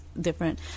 different